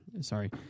sorry